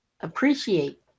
Appreciate